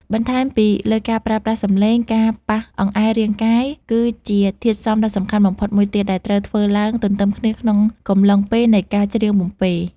បន្ថែមពីលើការប្រើប្រាស់សំឡេង ការប៉ះអង្អែលរាងកាយគឺជាធាតុផ្សំដ៏សំខាន់បំផុតមួយទៀត ដែលត្រូវធ្វើឡើងទន្ទឹមគ្នាក្នុងកំឡុងពេលនៃការច្រៀងបំពេ។